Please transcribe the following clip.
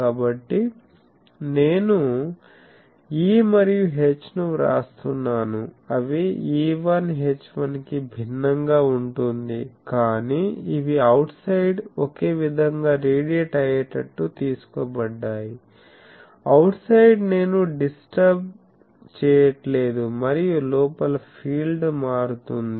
కాబట్టి నేను E మరియు H ను వ్రాస్తున్నాను అవి E1 H1 కి భిన్నంగా ఉంటుంది కాని ఇవి అవుట్ సైడ్ ఒకే విధంగా రేడియేట్ అయ్యేటట్టు తీసుకోబడ్డాయి అవుట్ సైడ్ నేను డిస్టర్బ్ చేయట్లేదు మరియు లోపల ఫీల్డ్ మారుతుంది